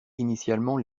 initialement